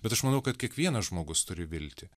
bet aš manau kad kiekvienas žmogus turi viltį